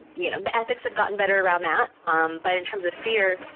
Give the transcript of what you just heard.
you know, the ethics have gotten better around that. um but in terms of fear,